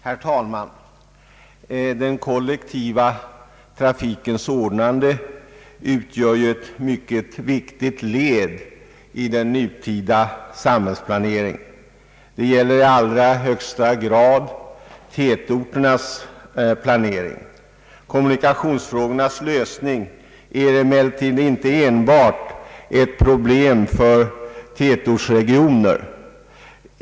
Herr talman! Den kollektiva trafikens ordnande utgör ju ett mycket viktigt led i den nutida samhällsplaneringen. Det gäller i allra högsta grad tätorternas planering. Kommunikationsfrågornas lösning är emellertid inte enbart ett problem för tätortsregioner.